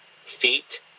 feet